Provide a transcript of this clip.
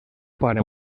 pare